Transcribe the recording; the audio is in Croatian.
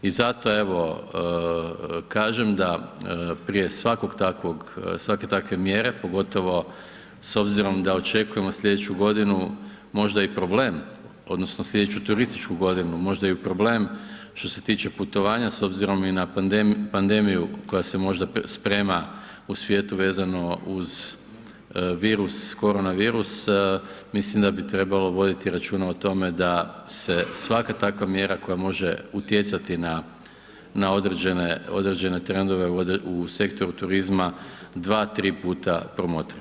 I zato evo kažem da prije svake takve mjere, pogotovo s obzirom da očekujemo sljedeću godinu možda i problem odnosno sljedeću turističku godinu, možda i problem što se tiče putovanja s obzirom i na pandemiju koja že možda sprema u svijetu vezano uz koronavirus, mislim da bi trebalo voditi računa o tome da se svaka takva mjera koja može utjecati na određene trendove u sektoru turizma dva, tri puta promotre.